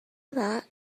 that